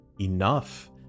enough